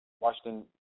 Washington